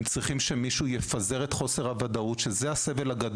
הם צריכים מישהו שיפזר את חוסר הוודאות שיש להם.